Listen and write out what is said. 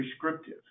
prescriptive